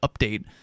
update